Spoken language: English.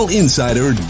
insider